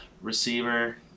receiver